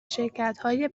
شرکتهای